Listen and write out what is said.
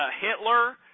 Hitler